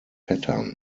pattern